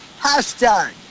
hashtag